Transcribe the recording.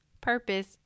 purpose